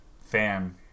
fan